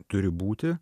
turi būti